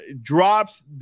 Drops